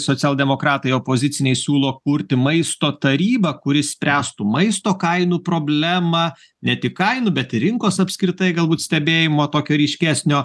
socialdemokratai opoziciniai siūlo kurti maisto tarybą kuri spręstų maisto kainų problemą ne tik kainų bet ir rinkos apskritai galbūt stebėjimo tokio ryškesnio